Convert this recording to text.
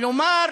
כלומר,